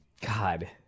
God